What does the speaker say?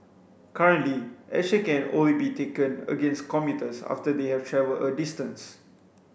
currently action can only be taken against commuters after they have travelled a distance